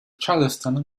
charleston